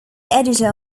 editor